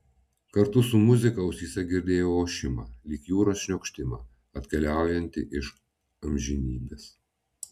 kartu su muzika ausyse girdėjau ošimą lyg jūros šniokštimą atkeliaujantį iš amžinybės